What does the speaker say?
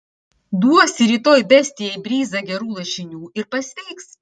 duosi rytoj bestijai bryzą gerų lašinių ir pasveiks